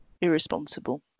irresponsible